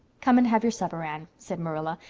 come and have your supper, anne, said marilla,